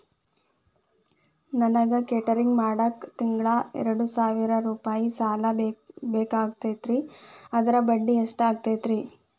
ನನಗ ಕೇಟರಿಂಗ್ ಮಾಡಾಕ್ ತಿಂಗಳಾ ಎರಡು ಸಾವಿರ ರೂಪಾಯಿ ಸಾಲ ಬೇಕಾಗೈತರಿ ಅದರ ಬಡ್ಡಿ ಎಷ್ಟ ಆಗತೈತ್ರಿ?